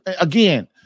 again